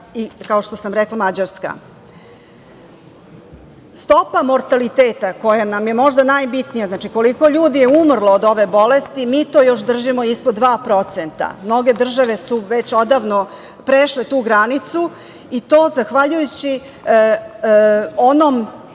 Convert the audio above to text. Srbija i Mađarska. Stopa mortaliteta, koja nam je možda i najbitnija, znači, koliko je ljudi umrlo od ove bolesti, mi to još držimo ispod 2%, mnoge države su već odavno prešle tu granicu i to zahvaljujući onoj